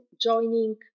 joining